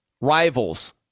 rivals